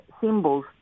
symbols